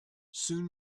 soon